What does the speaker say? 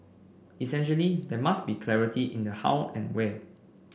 essentially there must be clarity in the how and where